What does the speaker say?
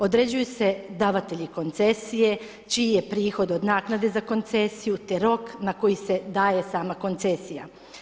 Određuju se davatelji koncesije čiji je prihod od naknade za koncesiju te rok na koji se daje sama koncesija.